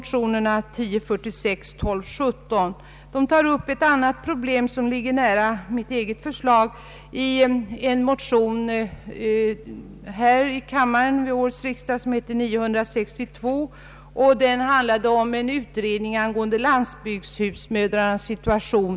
tar upp ett annat problem, som ligger nära mitt eget förslag i motionen I: 962 till årets riksdag, vari begärs en utredning av landsbygdshusmödrarnas situation.